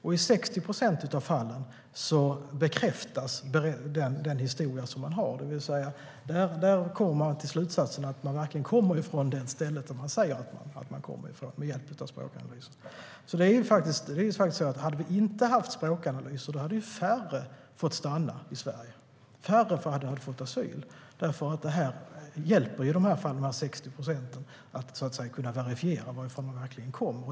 Och i 60 procent av fallen bekräftas den historia man har, det vill säga att med hjälp av språkanalys blir slutsatsen att man verkligen kommer från det ställe som man säger att man kommer ifrån. Om vi inte hade haft språkanalyser hade faktiskt färre fått stanna i Sverige. Färre hade fått asyl. Språkanalys hjälper 60 procent av de asylsökande att verifiera varifrån de verkligen kommer.